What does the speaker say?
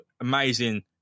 amazing